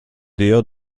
dio